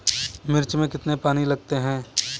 मिर्च में कितने पानी लगते हैं?